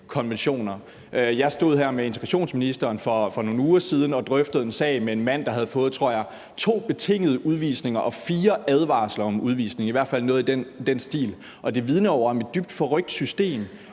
konventioner. Jeg stod her med integrationsministeren for nogle uger siden og drøftede en sag om en mand, der havde fået, tror jeg, to betingede udvisninger og fire advarsler om udvisning – i hvert fald noget i den stil – og det vidner jo om et dybt forrykt system,